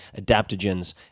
adaptogens